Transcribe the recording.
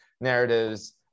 narratives